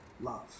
love